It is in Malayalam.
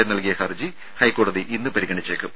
എ നൽകിയ ഹർജി ഹൈക്കോടതി ഇന്ന് പരിഗണിച്ചേക്കും